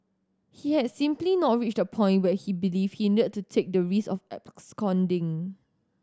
he had simply not reached the point where he believed he needed to take the risk of absconding